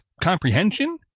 comprehension